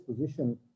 position